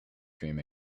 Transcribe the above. dream